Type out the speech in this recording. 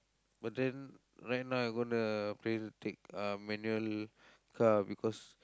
but then right now I'm gonna apply to take uh manual car because